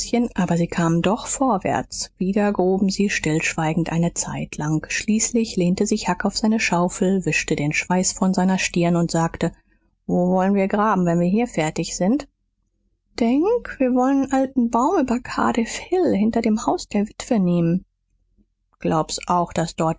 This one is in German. aber sie kamen doch vorwärts wieder gruben sie stillschweigend eine zeitlang schließlich lehnte sich huck auf seine schaufel wischte den schweiß von seiner stirn und sagte wo woll'n wir graben wenn wir hier fertig sind denk wir woll'n den alten baum über cardiff hill hinter dem haus der witwe nehmen glaub's auch daß dort